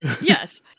yes